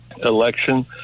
election